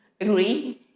agree